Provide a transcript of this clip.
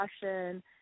discussion